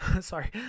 sorry